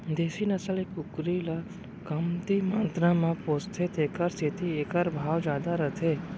देसी नसल के कुकरी ल कमती मातरा म पोसथें तेकर सेती एकर भाव जादा रथे